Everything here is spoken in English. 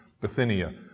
Bithynia